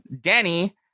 Danny